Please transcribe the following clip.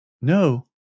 No